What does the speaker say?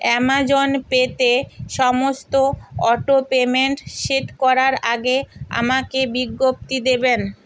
Amazon পেতে সমস্ত auto payment set করার আগে আমাকে বিজ্ঞপ্তি দেবেন